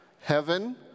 Heaven